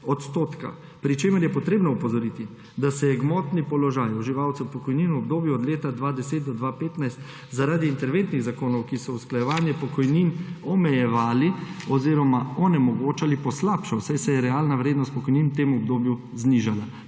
10,12 %, pri čemer je treba opozoriti, da se je gmotni položaj uživalcev pokojnin v obdobju od leta 2010 do 2015 zaradi interventnih zakonov, ki so usklajevanje pokojnin omejevali oziroma onemogočali, poslabšal, saj se je realna vrednost pokojnin v tem obdobju znižala.